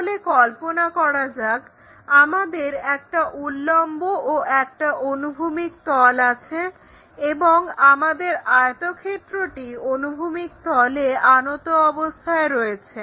তাহলে কল্পনা করা যাক আমাদের একটা উল্লম্ব ও একটা অনুভূমিক তল আছে এবং আমাদের আয়তক্ষেত্রটি অনুভূমিক তলে আনত অবস্থায় রয়েছে